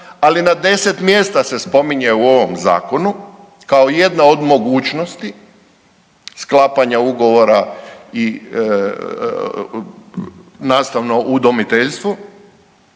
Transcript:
ali na 10 mjesta se spominje u ovom zakonu kao jedna od mogućnosti sklapanja ugovora i nastavno udomiteljstvo.